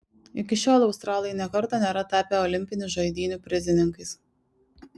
iki šiol australai nė karto nėra tapę olimpinių žaidynių prizininkais